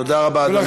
תודה רבה, אדוני.